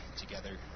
together